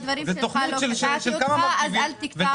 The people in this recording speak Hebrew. בדברים שלך לא קטעתי אותך אז אל תקטע אותי.